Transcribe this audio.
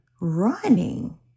running